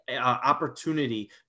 opportunity